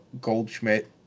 Goldschmidt